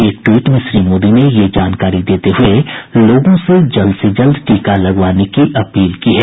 एक ट्वीट में श्री मोदी ने यह जानकारी देते हुए लोगों से जल्द से जल्द टीका लगवाने की अपील की है